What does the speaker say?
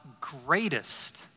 greatest